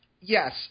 yes